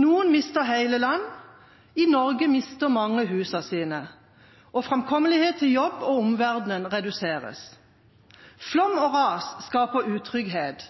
Noen mister hele land. I Norge mister mange husene sine, og framkommelighet til jobb og omverdenen reduseres. Flom og ras skaper utrygghet.